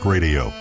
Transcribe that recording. Radio